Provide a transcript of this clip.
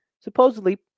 supposedly